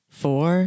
four